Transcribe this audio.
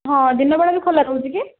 ହଁ ଦିନ ବେଳେ ବି ଖୋଲା ରହୁଛି କି